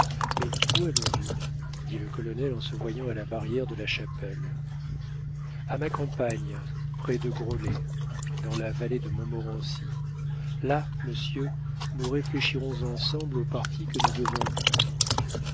mais où allons-nous dit le colonel en se voyant à la barrière de la chapelle a ma campagne près de groslay dans la vallée de montmorency là monsieur nous réfléchirons ensemble au parti que nous devons prendre